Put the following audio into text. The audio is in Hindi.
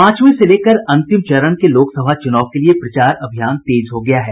पांचवें से लेकर अंतिम चरण के लोकसभा चूनाव के लिए प्रचार अभियान तेज हो गया है